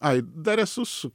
ai dar esu su